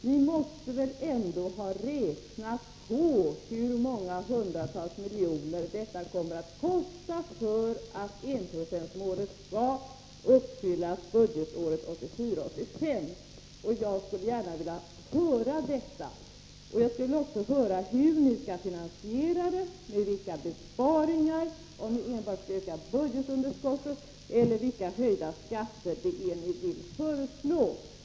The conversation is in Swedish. Ni måste väl ändå ha räknat ut hur många hundratals miljoner det kommer att kosta att uppfylla enprocentsmålet budgetåret 1984/85! Jag skulle gärna vilja höra det. Jag skulle också vilja höra hur ni skall finansiera detta — med vilka besparingar, om ni enbart skall öka budgetunderskottet eller vilka höjda skatter ni vill föreslå.